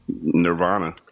Nirvana